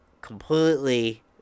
completely